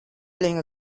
playing